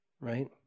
right